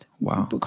Wow